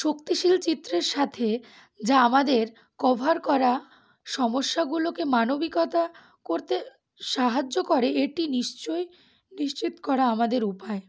শক্তিশীল চিত্রের সাথে যা আমাদের কভার করা সমস্যাগুলোকে মানবিকতা করতে সাহায্য করে এটি নিশ্চয়ই নিশ্চিত করা আমাদের উপায়